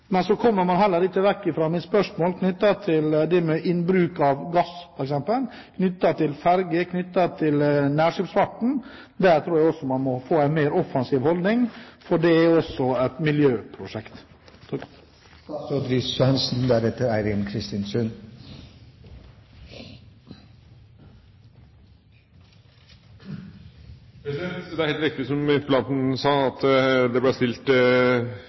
Så kommer man heller ikke vekk fra mitt spørsmål knyttet til det med bruk av gass, f.eks., knyttet til ferjer, knyttet til nærskipsfarten. Der tror jeg man må få en mer offensiv holdning, for det er også et miljøprosjekt. Det er helt riktig som interpellanten sa, at det ble stilt